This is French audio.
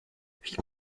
fit